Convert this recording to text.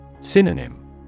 Synonym